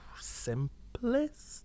simplest